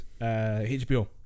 HBO